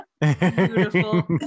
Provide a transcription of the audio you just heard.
Beautiful